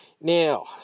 Now